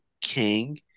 king